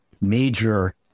major